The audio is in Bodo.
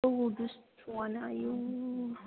औ दुस्ट'आनो आयौ